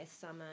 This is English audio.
summer